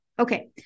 Okay